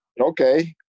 Okay